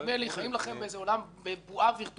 חיים לכם בבועה וירטואלית.